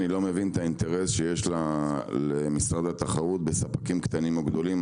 אני לא מבין את האינטרס שיש למשרד התחרות בספקים קטנים או גדולים,